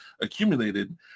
accumulated